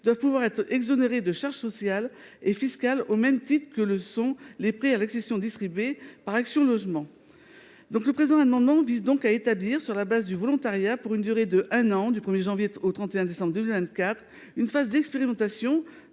doivent pouvoir être exonérées de charges sociales et fiscales comme le sont les prêts à l’accession distribués par Action Logement. Le présent amendement vise donc à établir, sur la base du volontariat et pour une durée d’un an, du 1 janvier au 31 décembre 2024, une phase d’expérimentation